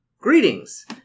Greetings